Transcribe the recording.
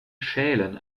schälen